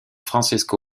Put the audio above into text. francesco